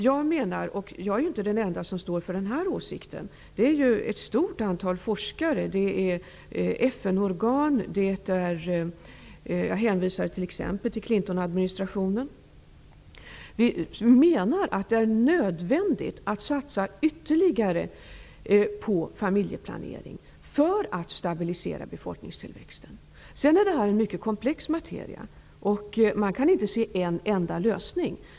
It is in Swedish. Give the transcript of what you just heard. Jag är inte den enda som står för åsikten att det är nödvändigt att satsa ytterligare på familjeplanering för att stabilisera befolkningstillväxten -- ett stort antal forskare, FN organ och bl.a. Clintonadministrationen står också för den. Men det är ett mycket komplext material. Man kan inte se en enda lösning.